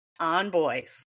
onboys